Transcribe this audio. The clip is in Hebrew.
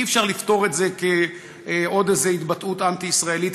אי-אפשר לפטור את זה כעוד איזו התבטאות אנטי-ישראלית,